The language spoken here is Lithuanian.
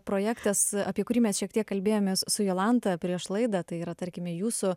projektas apie kurį mes šiek tiek kalbėjomės su jolanta prieš laidą tai yra tarkime jūsų